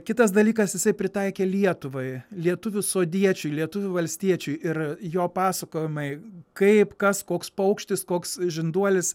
kitas dalykas jisai pritaikė lietuvai lietuvių sodiečiui lietuvių valstiečiui ir jo pasakojimai kaip kas koks paukštis koks žinduolis